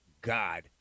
God